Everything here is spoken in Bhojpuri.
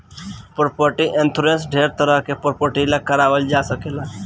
प्रॉपर्टी इंश्योरेंस ढेरे तरह के प्रॉपर्टी ला कारवाल जा सकेला